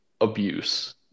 abuse